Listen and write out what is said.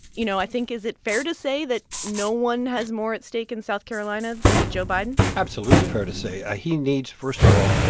you know, i think is it fair to say that no one has more at stake in south carolina than joe biden? absolutely fair to say. ah he needs, first of all,